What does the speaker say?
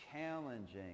challenging